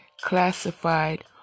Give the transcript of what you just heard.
classified